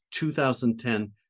2010